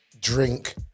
drink